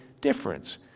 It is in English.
difference